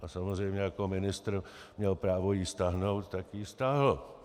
A samozřejmě jako ministr měl právo ji stáhnout, tak ji stáhl.